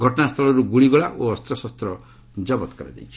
ଘଟଣାସ୍ଥଳରୁ ଗୁଳିଗୋଳା ଓ ଅସ୍ତ୍ରଶସ୍ତ କରାଯାଇଛି